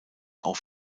auch